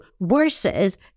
versus